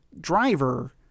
driver